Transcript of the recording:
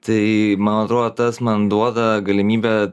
tai man atrodo tas man duoda galimybę